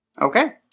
Okay